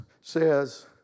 says